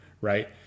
right